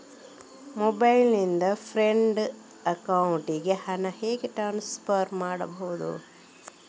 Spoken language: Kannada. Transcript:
ಮೊಬೈಲ್ ನಿಂದ ಫ್ರೆಂಡ್ ಅಕೌಂಟಿಗೆ ಹಣ ಹೇಗೆ ಟ್ರಾನ್ಸ್ಫರ್ ಮಾಡುವುದು?